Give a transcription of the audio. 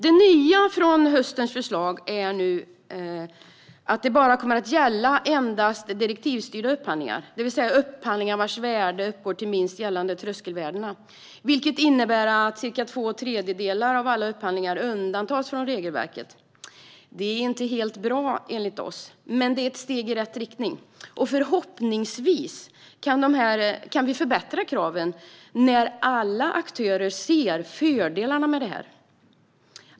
Det nya från höstens förslag är att det nu endast kommer att gälla direktivstyrda upphandlingar, det vill säga upphandlingar vars värde uppgår till minst gällande tröskelvärdena, vilket i sin tur innebär att cirka två tredjedelar av alla upphandlingar undantas från regelverket. Det är inte helt bra, enligt oss, men det är ett steg i rätt riktning, och förhoppningsvis kan vi förbättra kraven när alla aktörer ser fördelarna med detta.